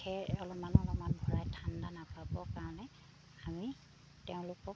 খেৰ অলপমান অলপমান ভৰাই ঠাণ্ডা নাপাবৰ কাৰণে আমি তেওঁলোকক